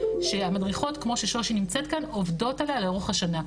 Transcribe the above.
שהמדריכות עובדות עליה לאורך השנה,